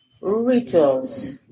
rituals